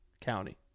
County